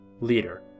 Leader